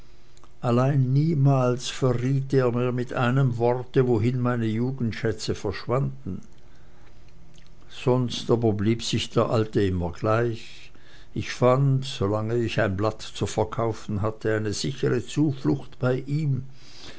allein niemals verriet er mit einem worte wohin meine jugendschätze verschwanden sonst aber blieb sich der alte immer gleich ich fand solang ich ein blatt zu verkaufen hatte eine sichere zuflucht bei ihm